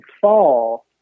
fall